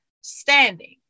standing